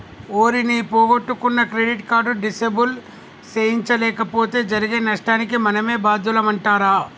ఓరి నీ పొగొట్టుకున్న క్రెడిట్ కార్డు డిసేబుల్ సేయించలేపోతే జరిగే నష్టానికి మనమే బాద్యులమంటరా